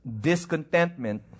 discontentment